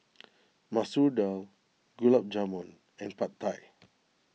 Masoor Dal Gulab Jamun and Pad Thai